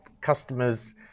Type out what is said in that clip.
customers